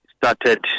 started